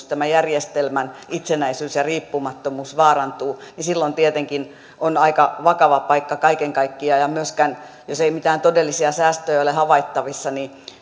tämän järjestelmän itsenäisyys ja riippumattomuus vaarantuu niin silloin tietenkin on aika vakava paikka kaiken kaikkiaan myös jos ei mitään todellisia säästöjä ole havaittavissa